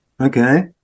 Okay